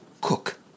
cook